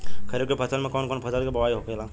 खरीफ की फसल में कौन कौन फसल के बोवाई होखेला?